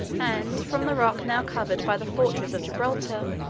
and, from the rock now covered by the fortress of gibraltar,